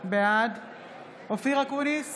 בעד אופיר אקוניס,